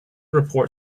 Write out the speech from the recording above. report